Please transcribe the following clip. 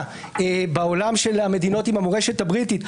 בעולם של המדינות עם המורשת הבריטית,